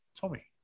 Tommy